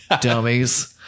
Dummies